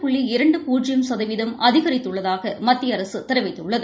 புள்ளி இரண்டு பூஜ்ஜிய சதவீதம் அதிகரித்துள்ளதாக மத்திய அரசு தெரிவித்துள்ளது